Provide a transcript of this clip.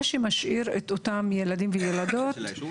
מה שמשאיר את אותם ילדים וילדות --- של הרשות?